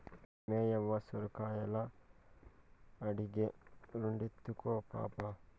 మేయవ్వ సొరకాయలడిగే, రెండెత్తుకో పాపా